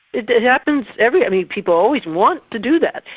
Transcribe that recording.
it it happens everywhere, i mean people always want to do that.